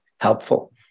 helpful